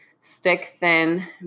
stick-thin